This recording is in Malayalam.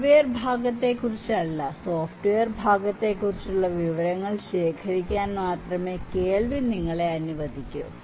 ഹാർഡ്വെയർ ഭാഗത്തെ കുറിച്ചല്ല സോഫ്റ്റ്വെയർ ഭാഗത്തെ കുറിച്ചുള്ള വിവരങ്ങൾ ശേഖരിക്കാൻ മാത്രമേ കേൾവി നിങ്ങളെ അനുവദിക്കൂ